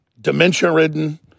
dementia-ridden